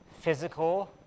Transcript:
physical